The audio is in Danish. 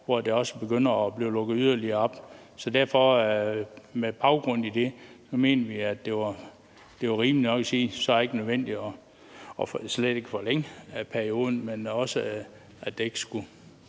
hvor der begynder at blive lukket yderligere op. Så med baggrund i det mente vi, at det var rimeligt nok at sige, at det så slet ikke var nødvendigt at forlænge perioden, men at der heller ikke skulle